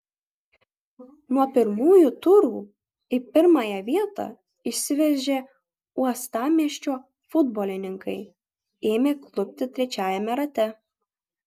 nuo pirmųjų turų į pirmąją vietą išsiveržę uostamiesčio futbolininkai ėmė klupti trečiajame rate